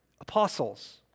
apostles